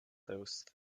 those